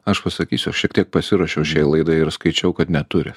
aš pasakysiu aš šiek tiek pasiruošiau laidai ir skaičiau kad neturi